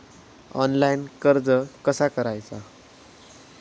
Online कर्ज कसा करायचा?